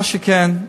מה שכן,